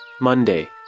Monday